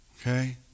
Okay